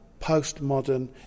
postmodern